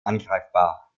angreifbar